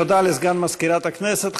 תודה לסגן מזכירת הכנסת.